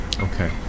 Okay